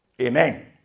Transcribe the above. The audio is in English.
Amen